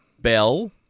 Bell